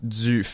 du